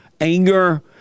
anger